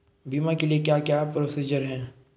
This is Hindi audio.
बीमा के लिए क्या क्या प्रोसीजर है?